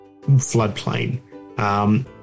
floodplain